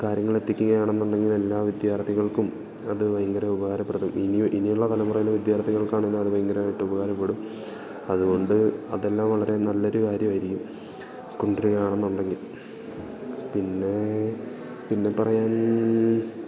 കാര്യങ്ങൾ എത്തിക്കുകയാണെന്നുണ്ടെങ്കില് എല്ലാ വിദ്യാർത്ഥികൾക്കും അതു ഭയങ്കര ഉപകാരപ്പെടും ഇനി ഇനിയുള്ള തലമുറയിലെ വിദ്യാർത്ഥികൾക്കാണേലും അതു ഭയങ്കരമായിട്ട് ഉപകാരപ്പെടും അതുകൊണ്ട് അതെല്ലാം വളരെ നല്ലൊരു കാര്യമായിരിക്കും കൊണ്ടുവരികയാണെന്നുണ്ടെങ്കിൽ പിന്നെ പിന്നെ പറയാൻ